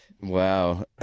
wow